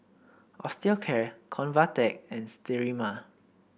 Osteocare Convatec and Sterimar